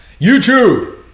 YouTube